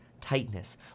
tightness